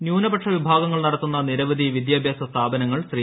ന്യൂനപക്ഷ വിഭാഗങ്ങൾ നടത്തുന്ന നിരവധി വിദ്യാഭ്യാസ സ്ഥാപനങ്ങൾ ശ്രീ